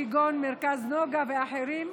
כגון מרכז נגה ואחרים.